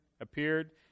appeared